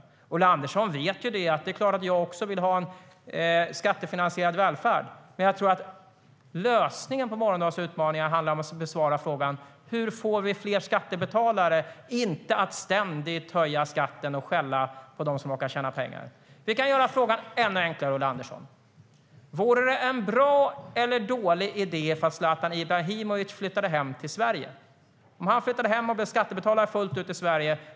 Vi kan göra frågan ännu enklare, Ulla Andersson. Vore det en bra eller dålig idé om Zlatan Ibrahimovic flyttade hem till Sverige och blev skattebetalare fullt ut i Sverige?